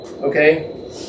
okay